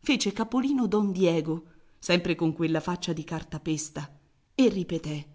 fece capolino don diego sempre con quella faccia di cartapesta e ripeté